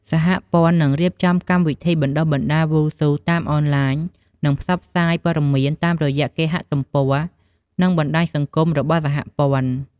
សហព័ន្ធនឹងរៀបចំកម្មវិធីបណ្ដុះបណ្ដាលវ៉ូស៊ូតាមអនឡាញនឹងផ្សព្វផ្សាយព័ត៌មានតាមរយៈគេហទំព័រ និងបណ្ដាញសង្គមរបស់សហព័ន្ធ។